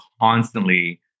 constantly